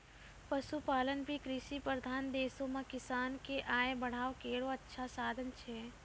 पशुपालन भी कृषि प्रधान देशो म किसान क आय बढ़ाय केरो अच्छा साधन छै